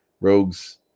Rogue's